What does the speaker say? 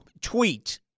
tweet